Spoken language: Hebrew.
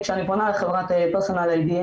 כשאני פונה לחברת פרסונל איי.די,